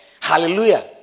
Hallelujah